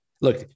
Look